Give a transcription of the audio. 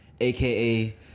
aka